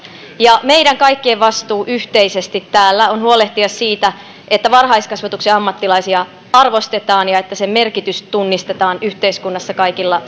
ja meidän kaikkien vastuu yhteisesti täällä on huolehtia siitä että varhaiskasvatuksen ammattilaisia arvostetaan ja että sen merkitys tunnistetaan yhteiskunnassa kaikilla